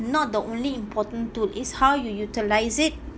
not the only important tool is how you utilise it